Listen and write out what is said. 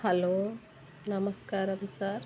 hello నమస్కారం sir